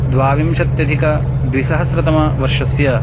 द्वाविंशत्यधिकद्विसहस्रतमवर्षस्य